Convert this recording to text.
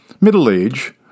Middle-age